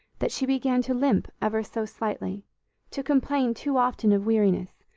that she began to limp, ever so slightly to complain too often of weariness,